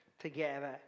together